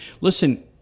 Listen